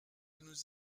nous